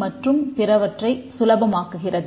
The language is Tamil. மற்றும் பிறவற்றை சுலபமாக்குகிறது